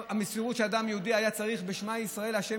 המסירות שאדם יהודי היה צריך בשמע ישראל ה'